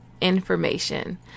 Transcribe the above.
information